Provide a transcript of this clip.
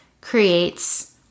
creates